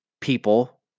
people